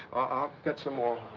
i'll get some more.